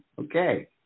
Okay